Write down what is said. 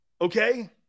Okay